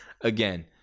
again